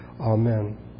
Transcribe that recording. Amen